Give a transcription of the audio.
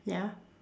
ya